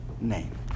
name